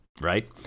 right